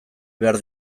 behar